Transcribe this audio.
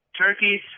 Turkeys